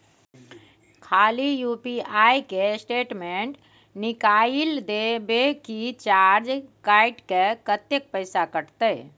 खाली यु.पी.आई के स्टेटमेंट निकाइल देबे की चार्ज कैट के, कत्ते पैसा कटते?